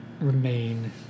Remain